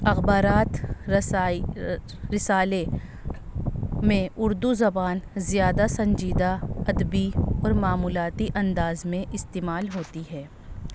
اخبارات رسائی رسالے میں اردو زبان زیادہ سنجیدہ ادبی اور معمولاتی انداز میں استعمال ہوتی ہے